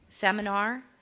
seminar